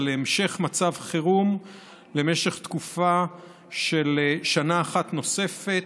המשך מצב חירום למשך תקופה של שנה אחת נוספת,